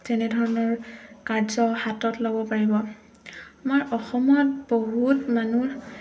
তেনেধৰণৰ কাৰ্য হাতত ল'ব পাৰিব আমাৰ অসমত বহুত মানুহ